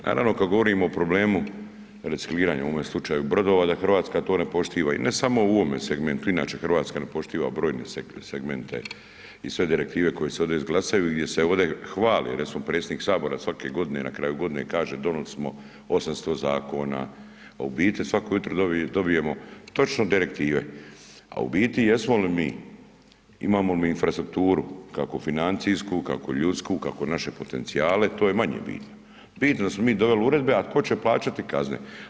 Naravno kad govorimo o problemu recikliranja u ovome slučaju brodova, da Hrvatska to ne poštiva i ne samo u ovome segmentu, inače Hrvatska ne poštiva brojne segmente i sve direktive koje se ovdje izglasaju jer se ovdje hvali, recimo predsjednik Sabora svake godine, na kraju godine kaže donosimo 800 zakona a u biti svako jutro dobijemo točno direktive a u biti jesmo li mi, imamo li infrastrukturu kako financijsku, kako ljudsku, kako naše potencijale, to je manje bitno, bitno da smo mi donijeli uredbe a tko će plaćati kazne?